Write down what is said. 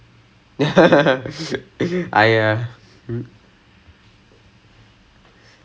but but other than is but cannot